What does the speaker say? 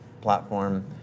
platform